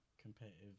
competitive